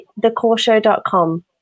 thecoreshow.com